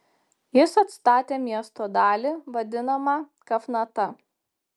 jis atstatė miesto dalį vadinamą kafnata